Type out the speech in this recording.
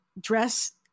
dress